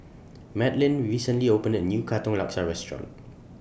Madlyn recently opened A New Katong Laksa Restaurant